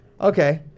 Okay